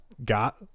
Got